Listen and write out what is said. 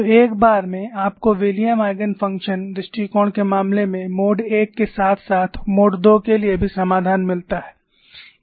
तो एक बार में आपको विलियम आइगेन फ़ंक्शन दृष्टिकोण के मामले में मोड I के साथ साथ मोड II के लिए भी समाधान मिलता है